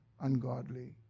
ungodly